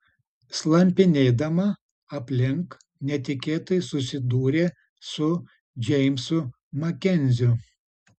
slampinėdama aplink netikėtai susidūrė su džeimsu makenziu